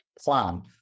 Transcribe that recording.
plan